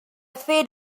fer